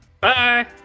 Bye